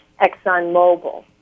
ExxonMobil